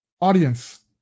Audience